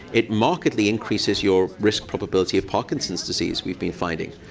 it markedly increases your risk probability of parkinson's disease, we've been finding.